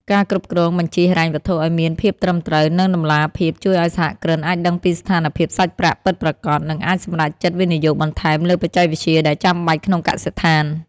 ការគ្រប់គ្រងបញ្ជីហិរញ្ញវត្ថុឱ្យមានភាពត្រឹមត្រូវ និងតម្លាភាព ជួយឱ្យសហគ្រិនអាចដឹងពីស្ថានភាពសាច់ប្រាក់ពិតប្រាកដ និងអាចសម្រេចចិត្តវិនិយោគបន្ថែមលើបច្ចេកវិទ្យាដែលចាំបាច់ក្នុងកសិដ្ឋាន។